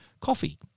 coffee